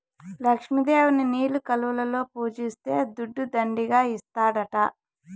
లక్ష్మి దేవిని నీలి కలువలలో పూజిస్తే దుడ్డు దండిగా ఇస్తాడట